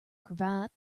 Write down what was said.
cravat